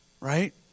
right